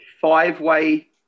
five-way